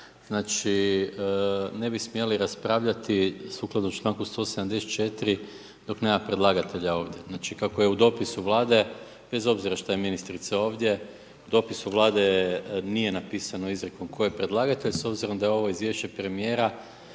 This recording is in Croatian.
znači ne bi smjeli raspravljati sukladno članku 174., dok nema predlagatelja ovdje. Znači kako je u dopisu Vlade, bez obzira što je ministrica ovdje, u dopisu Vlade nije napisano izrijekom tko je predlagatelj s obzirom da je ovo izvješće premijera,